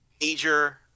major